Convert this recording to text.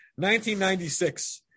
1996